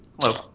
Hello